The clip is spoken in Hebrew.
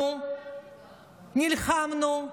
אנחנו נלחמנו.